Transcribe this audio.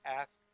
ask